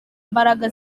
mbaraga